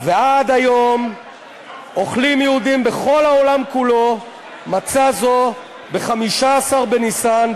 ועד היום אוכלים יהודים בכל העולם כולו מצה זו ב-15 בניסן,